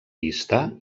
vista